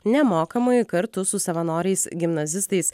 nemokamai kartu su savanoriais gimnazistais